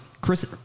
Chris –